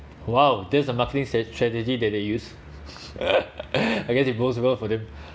!wow! that’s the marketing stra~ strategy that they use I guess it goes well for them